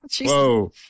whoa